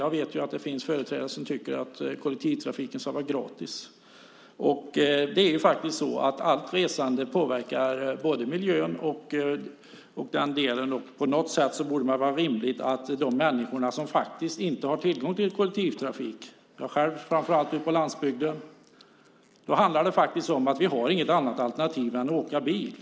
Jag vet att det finns företrädare som tycker att kollektivtrafiken ska vara gratis. Allt resande påverkar både miljön och andra delar. De människor som inte har tillgång till kollektivtrafik, framför allt ute på landsbygden - bland andra jag själv - har inget annat alternativ än att åka bil.